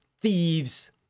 Thieves